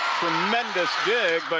tremendous dig, but